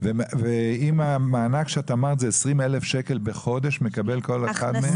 ועם המענק שאת אמרת זה 20,000 שקל בחודש מקבל כל אחד מהם?